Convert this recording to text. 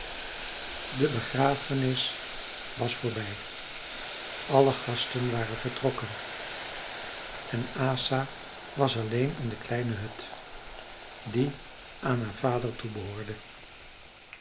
de begrafenis was voorbij alle gasten waren vertrokken en asa was alleen in de kleine hut die aan haar vader toebehoorde